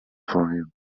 him